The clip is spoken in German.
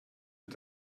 mit